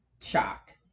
shocked